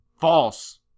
False